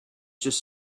just